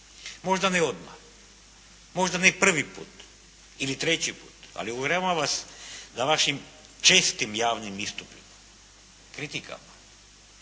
Možda ne odmah, možda ne prvi put ili treći put, ali uvjeravam vas da vašim čestim javnim istupima, kritikama